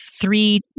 three